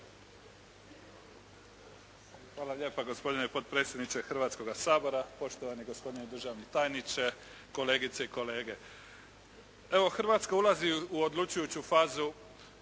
Hvala lijepa gospodine potpredsjedniče Hrvatskoga sabora, poštovani gospodine državni tajniče, kolegice i kolege. Evo Hrvatska ulazi u odlučujuću fazu